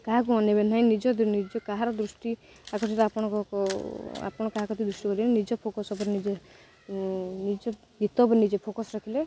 କାହାକୁ ଅନାଇବେ ନାହିଁ ନିଜ ନିଜ କାହାର ଦୃଷ୍ଟି ଆଗରେ ଆପଣଙ୍କ ଆପଣ କାହା କତି ଦୃଷ୍ଟି ଦେବେନି ନିଜ ଫୋକସ୍ ଉପରେ ନିଜେ ନିଜ ଗୀତ ଉପରେ ନିଜେ ଫୋକସ୍ ରଖିଲେ